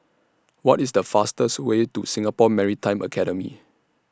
What IS The fastest Way to Singapore Maritime Academy